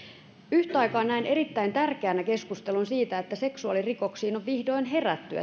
yhtaikaa näen erittäin tärkeänä keskustelun siitä että seksuaalirikoksiin on vihdoin herätty